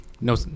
No